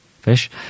fish